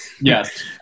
Yes